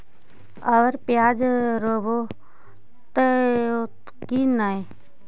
अबर प्याज रोप्बो की नय?